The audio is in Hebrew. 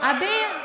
אביר,